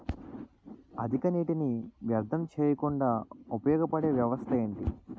అధిక నీటినీ వ్యర్థం చేయకుండా ఉపయోగ పడే వ్యవస్థ ఏంటి